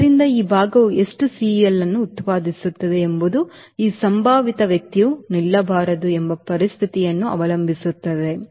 ಆದ್ದರಿಂದ ಈ ಭಾಗವು ಎಷ್ಟು CL ಅನ್ನು ಉತ್ಪಾದಿಸುತ್ತದೆ ಎಂಬುದು ಈ ಸಂಭಾವಿತ ವ್ಯಕ್ತಿಯು ನಿಲ್ಲಬಾರದು ಎಂಬ ಪರಿಸ್ಥಿತಿಯನ್ನು ಅವಲಂಬಿಸಿರುತ್ತದೆ